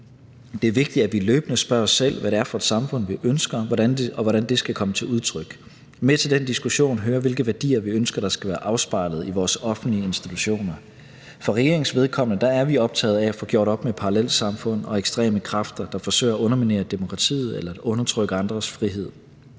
Det er vigtigt, at vi løbende spørger os selv, hvad det er for et samfund, vi ønsker, og hvordan det skal komme til udtryk. Med til den diskussion hører, hvilke værdier vi ønsker skal være afspejlet i vores offentlige institutioner. For regeringens vedkommende er vi optaget af at få gjort op med parallelsamfund og ekstreme kræfter, der forsøger at underminere demokratiet eller at undertrykke andres frihed.